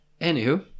Anywho